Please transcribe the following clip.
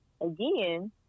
Again